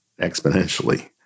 exponentially